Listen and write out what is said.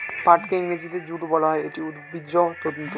পাটকে ইংরেজিতে জুট বলা হয়, এটি একটি উদ্ভিজ্জ তন্তু